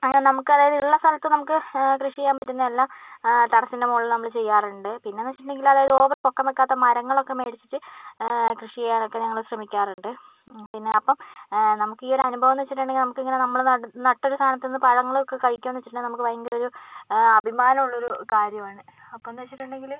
നമുക്ക് അതായതു ഉള്ള സ്ഥലത്ത് നമുക്ക് കൃഷി ചെയ്യാന് പറ്റുന്ന എല്ലാ ടെറസിന്റെ മുകളില് നമ്മള് ചെയ്യാറുണ്ട് പിന്നെന്നു വച്ചിട്ടുണ്ടെങ്കില് അതായത് ഓവര് പൊക്കം വെക്കാത്ത മരങ്ങളൊക്കെ മേടിച്ചിട്ട് കൃഷി ചെയ്യാനൊക്കെ ഞങ്ങള് ശ്രമിക്കാറുണ്ട് പിന്നെ അപ്പം നമുക്ക് ഈ ഒരു അനുഭവം എന്ന് വച്ചിട്ടൊണ്ടെങ്കിൽ നമുക്ക് ഇങ്ങനെ നമ്മള് നട്ട ഒരു സാധനതിന്നു പഴങ്ങളൊക്കെ കഴിക്കാന്നു വച്ചിട്ടുണ്ടെങ്കിൽ നമുക്ക് ഭയങ്കര ഒരു അഭിമാനം ഉള്ളൊരു കാര്യമാണ് അപ്പോന്നു വച്ചിട്ടുണ്ടെങ്കില്